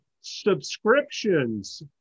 subscriptions